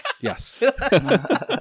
Yes